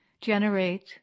generate